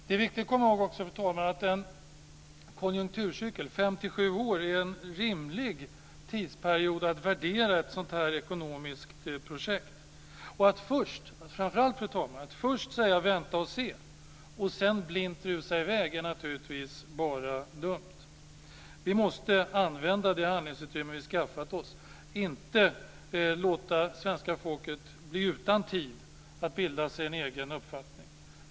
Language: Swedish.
Det är också, fru talman, viktigt att komma ihåg att en konjunkturcykel om fem till sju år är en rimlig tidsperiod för utvärdering av ett sådant här ekonomiskt projekt. Framför allt, fru talman: Att först säga vänta och se och sedan blint rusa i väg är naturligtvis bara dumt. Vi måste använda det handlingsutrymme som vi har skaffat oss och låta svenska folket få tid att bilda sig en egen uppfattning.